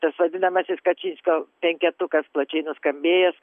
tas vadinamasis kačinsko penketukas plačiai nuskambėjęs